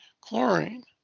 chlorine